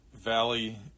Valley